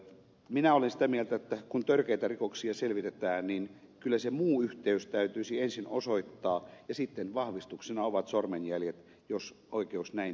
minä olen sitä mieltä että kun törkeitä rikoksia selvitetään kyllä se muu yhteys täytyisi ensin osoittaa ja sitten vahvistuksena ovat sormenjäljet jos oikeus näin päättää